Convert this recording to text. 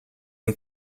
and